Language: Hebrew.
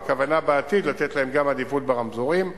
והכוונה בעתיד לתת גם להם עדיפות ברמזורים.